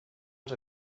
els